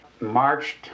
marched